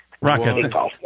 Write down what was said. Rocket